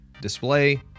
display